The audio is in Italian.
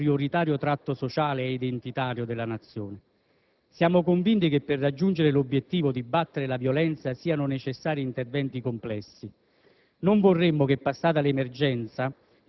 o anche o soprattutto come prioritario tratto sociale e identitario della Nazione. Siamo convinti che per raggiungere l'obiettivo di battere la violenza siano necessari interventi complessi;